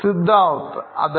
Siddharth അതെ